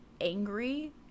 angry